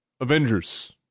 Avengers